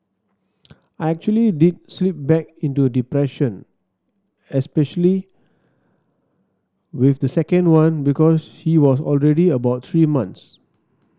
I actually did slip back into depression especially with the second one because she was already about three months